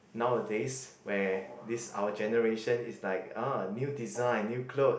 nowadays where this our generation is like new design new clothes